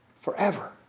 forever